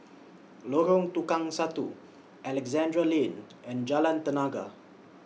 Lorong Tukang Satu Alexandra Lane and Jalan Tenaga